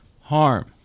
harm